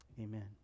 Amen